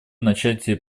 начать